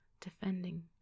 defending